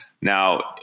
Now